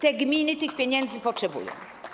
Te gminy tych pieniędzy potrzebują.